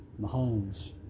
Mahomes